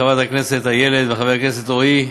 חברת הכנסת איילת וחבר הכנסת רועי,